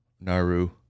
Naru